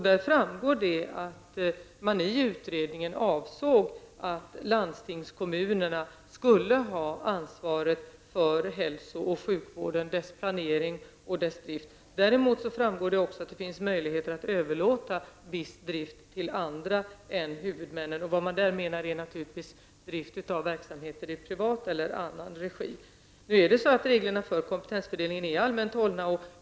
Det framgår att man i utredningen avsåg att landstingskommunerna skulle ha ansvaret för hälso och sjukvården, dess planering och dess drift. Däremot framgår det också att det finns möjligheter att överlåta viss drift till annan än huvudmännen. Här menar man naturligtvis drift av verksamheter i privat eller annan regi. Reglerna för kompetensfördelning är allmänt hållna.